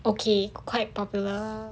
okay quite popular